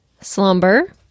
slumber